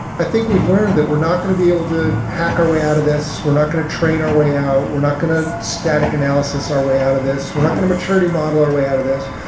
i think we've learned that we're not going to be able to hack our way out of this. we're not going to train our way out. we're not going to static analysis our way out of this. we're not going to maturity model our way out of this.